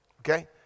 okay